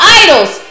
idols